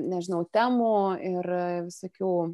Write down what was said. nežinau temų ir visokių